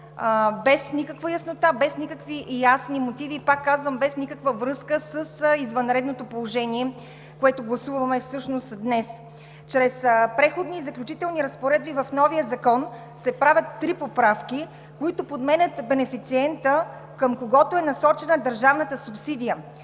без никаква яснота, без никакви ясни мотиви, и пак казвам, без никаква връзка с извънредното положение, което гласуваме всъщност днес. Чрез Преходните и заключителните разпоредби в новия закон се правят три поправки, които подменят бенефициента, към когото е насочена държавната субсидия.